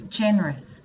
generous